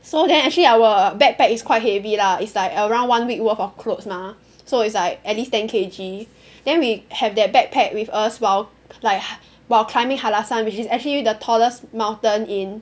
so then actually our backpack is quite heavy lah it's like around one week worth of clothes mah so it's like at least ten K_G then we have that backpack with us while like while climbing Hallasan which is actually the tallest mountain in